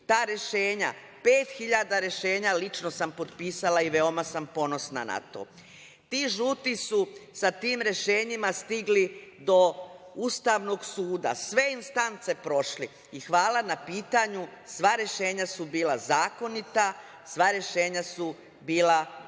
ta rešenja, 5.000 rešenja lično sam potpisala i veoma sam ponosna na to, ti žuti su sa tim rešenjima stigli do Ustavnog suda, sve instance prošli i, hvala na pitanju, sva rešenja su bila zakonita, sva rešenja su bila